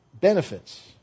benefits